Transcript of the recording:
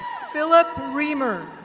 phillip reamer.